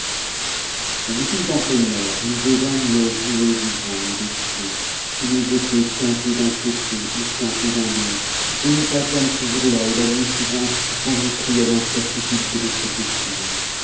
quand nous fûmes en pleine mer nous devînmes le jouet du vent et s ots qui nous jetaient tantôt d'un côté et tantôt d'un autre et nous h tsiiaines ce jour-là et la nuit suivante dans une crue e incertitude de tt e destinée